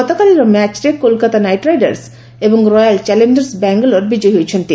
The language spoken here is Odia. ଗତକାଲିର ମ୍ୟାଚ୍ରେ କୋଲକାତା ନାଇଟ୍ ରାଇଡର୍ସ ଏବଂ ରୟାଲ୍ ଚାଲେଞ୍ଜର୍ସ ବାଙ୍ଗାଲୋର ବିଜୟୀ ହୋଇଛନ୍ତି